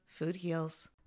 FoodHeals